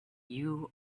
you